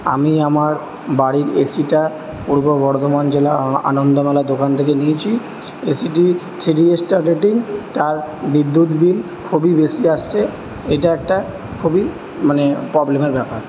আমি আমার বাড়ির এ সিটা পূর্ব বর্ধমান জেলা আনন্দমেলা দোকান থেকে নিয়েছি A C three star rating তার বিদ্যুৎ বিল খুবই বেশি আসছে এইটা একটা খুবই মানে প্রবলেমের ব্যাপার